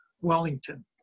Wellington